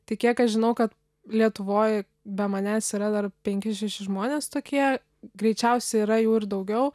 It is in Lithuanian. tai kiek aš žinau kad lietuvoj be manęs yra dar penki šeši žmonės tokie greičiausiai yra jų ir daugiau